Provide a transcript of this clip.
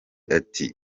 ati